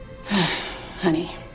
Honey